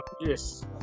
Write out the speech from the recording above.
yes